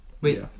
Wait